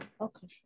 okay